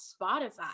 Spotify